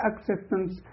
acceptance